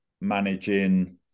managing